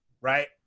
Right